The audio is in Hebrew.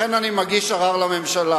לכן אני מגיש ערר לממשלה."